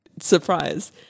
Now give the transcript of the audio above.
Surprise